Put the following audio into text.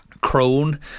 crone